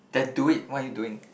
tattoo it what're you doing